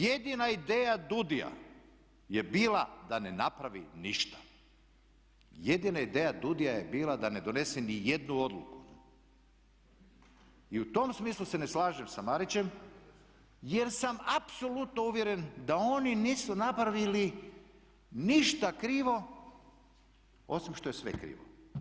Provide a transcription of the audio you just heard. Jedina ideja DUDI-a je bila da ne napravi ništa, jedina ideja DUDI-a je bila da ne donese ni jednu odluku i u tom smislu se ne slažem sa Marićem, jer sam apsolutno uvjeren da oni nisu napravili ništa krivo osim što je sve krivo.